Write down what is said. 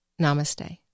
namaste